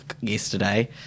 yesterday